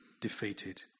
defeated